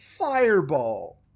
Fireball